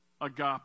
Agape